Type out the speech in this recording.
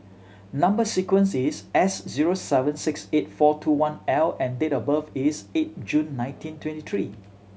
number sequence is S zero seven six eight four two one L and date of birth is eight June nineteen twenty three